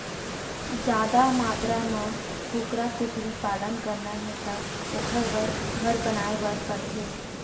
जादा मातरा म कुकरा, कुकरी पालन करना हे त ओखर बर घर बनाए बर परथे